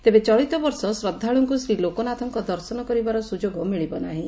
ତେବେ ଚଳିତ ବର୍ଷ ଶ୍ରଦ୍ଧାଳୁଙ୍କୁ ଶ୍ରୀ ଲୋକନାଥଙ୍କ ଦର୍ଶନ କରିବାର ସୁଯୋଗ ମିଳିବ ନାହିଁ